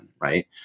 right